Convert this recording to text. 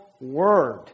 word